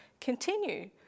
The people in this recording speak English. continue